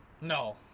No